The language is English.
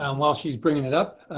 um while she's bringing it up,